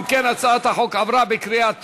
אם כן, הצעת החוק עברה בקריאה טרומית: